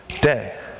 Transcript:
day